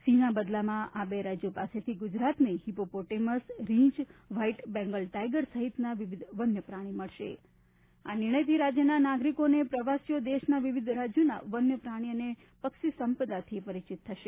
સિંહના બદલામાં આ બે રાજ્યો પાસેથી ગુજરાતને હિપોપોટેમસ રીંછ વ્હાઇટ બેંગાલ ટાઇગર સહિતના વિવિધ વન્યપ્રાણી મળશે આ નિર્ણયથી રાજ્યના નાગરિકો અને પ્રવાસીઓ દેશના વિવિધ રાજ્યોના વન્ય પ્રાણી અને પક્ષી સંપદાથી પરિચિત થશે